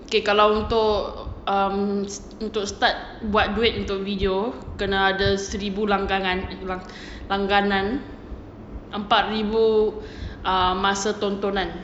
okay kalau untuk um untuk start buat duit untuk video kena ada um seribu langganan langganan empat ribu ah masa tontonan